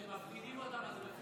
אתם מפחידים אותם,